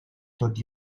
tot